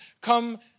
come